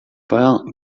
part